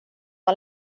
har